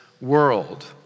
world